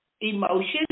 emotions